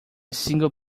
single